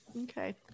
Okay